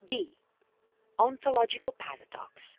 d ontological paradox